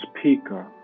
speaker